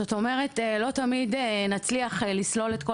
זאת אומרת לא תמיד נצליח לסלול את כל